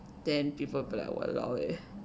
then people will be like lah !walao! eh